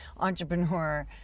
entrepreneur